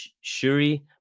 Shuri